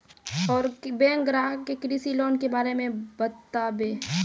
और बैंक ग्राहक के कृषि लोन के बारे मे बातेबे?